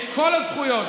את כל הזכויות,